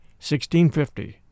1650